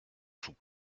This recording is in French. sous